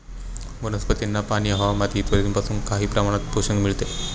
वनस्पतींना पाणी, हवा, माती इत्यादींपासून काही प्रमाणात पोषण मिळते